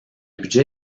budget